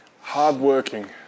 Hard-working